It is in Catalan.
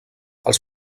els